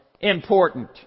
important